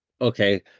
Okay